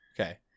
okay